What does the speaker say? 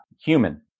Human